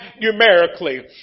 numerically